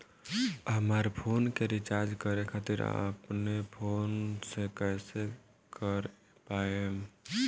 हमार फोन के रीचार्ज करे खातिर अपने फोन से कैसे कर पाएम?